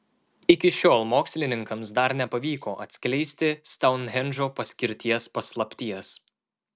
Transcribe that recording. iki šiol mokslininkams dar nepavyko atskleisti stounhendžo paskirties paslapties